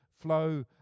flow